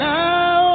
now